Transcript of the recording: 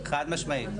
כן, חד-משמעית.